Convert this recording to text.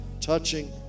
touching